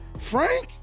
Frank